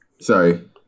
Sorry